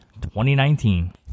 2019